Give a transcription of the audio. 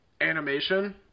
animation